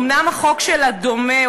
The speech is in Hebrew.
אומנם החוק שלה דומה,